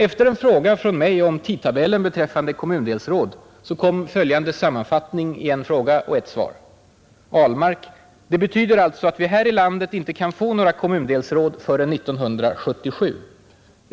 Efter en fråga från mig om tidtabellen beträffande kommundelsråd kom följande sammanfattning i en fråga och ett svar: ”Ahlmark: Det betyder alltså att vi här i landet inte kan få några kommundelsråd förrän 1977?